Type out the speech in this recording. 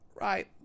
Right